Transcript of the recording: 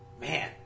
Man